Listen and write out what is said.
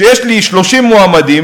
כשיש לי 30 מועמדים,